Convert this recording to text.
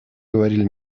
говорили